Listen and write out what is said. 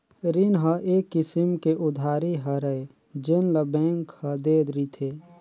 रीन ह एक किसम के उधारी हरय जेन ल बेंक ह दे रिथे